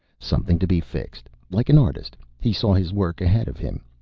something to be fixed. like an artist, he saw his work ahead of him.